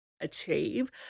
achieve